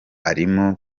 arimo